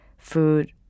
food